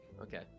Okay